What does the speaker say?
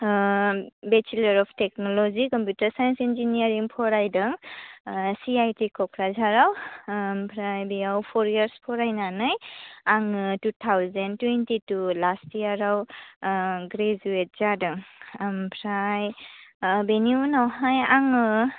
ओह bachelor of technology computer science engineering फरायदों uh C I T क'क्राझाराव आमफ्राय बेयाव फर इयार्च फरायनानै आङो two thousand twenty two last इयाराव ओह ग्रेजुयेड जादों आमफ्राय ओह बेनि उनावहाय आङो